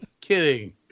kidding